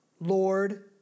Lord